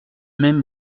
même